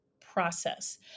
process